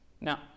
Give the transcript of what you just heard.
Now